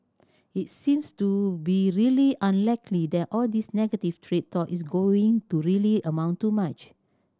it seems to be really unlikely that all this negative trade talk is going to really amount to much